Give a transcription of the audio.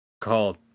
called